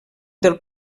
del